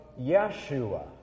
Yeshua